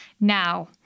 now